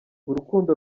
urukundo